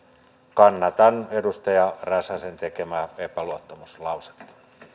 kannatan edustaja räsäsen tekemää epäluottamuslausetta